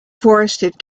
forested